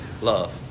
love